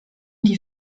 die